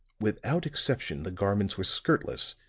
without exception the garments were skirtless,